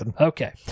Okay